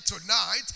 tonight